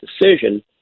decision